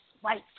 white